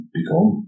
become